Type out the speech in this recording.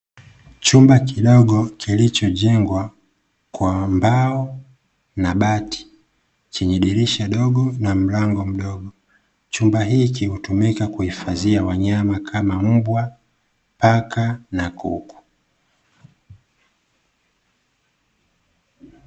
Chumba kidogo kilichojengwa kwa mbao na bati, chenye dirisha dogo na mlango mdogo. Chumba hiki hutumika kuhifadhia wanyama kama mbwa, paka na kuku.